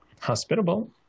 hospitable